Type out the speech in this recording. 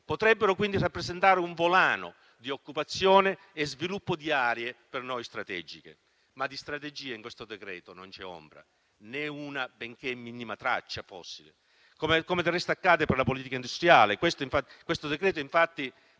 Potrebbero quindi rappresentare un volano di occupazione e sviluppo di aree per noi strategiche. Ma di strategia, in questo decreto, non c'è ombra, né una benché minima traccia, come del resto accade per la politica industriale. Questo decreto, infatti,